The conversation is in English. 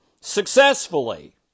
successfully